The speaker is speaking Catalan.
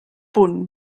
punt